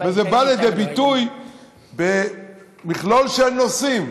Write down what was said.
וזה בא לידי ביטוי במכלול של נושאים,